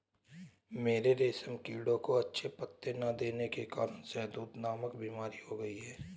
मेरे रेशम कीड़ों को अच्छे पत्ते ना देने के कारण शहदूत नामक बीमारी हो गई है